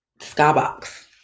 skybox